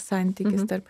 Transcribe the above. santykis tarp